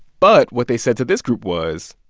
but what they said to this group was,